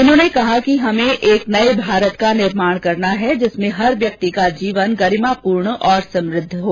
उन्होंने कहा कि हमें एक नये भारत का निर्माण करना है जिसमें हर व्यक्ति का जीवन गरिमापूर्ण और समृद्ध हो